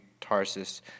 Tarsus